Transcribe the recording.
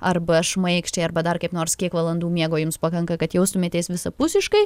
arba šmaikščiai arba dar kaip nors kiek valandų miego jums pakanka kad jaustumėtės visapusiškai